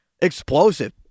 explosive